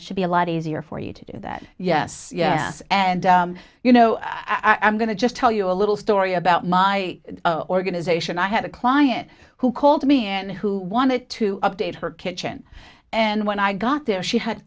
it should be a lot easier for you to do that yes yes and you know i'm going to just tell you a little story about my organization i had a client who called me and who wanted to update her kitchen and when i got there she had